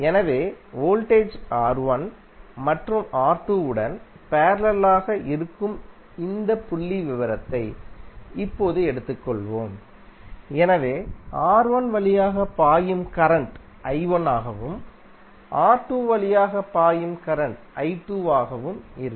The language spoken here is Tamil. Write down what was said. எனவே வோல்டேஜ் R1 மற்றும் R2 உடன் பேரலலாக இருக்கும் இந்த புள்ளிவிவரத்தை இப்போது எடுத்துக்கொள்வோம் எனவே R1 வழியாக பாயும் கரண்ட் i1 ஆகவும் R2 வழியாக பாயும் கரண்ட் i2 ஆகவும் இருக்கும்